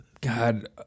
God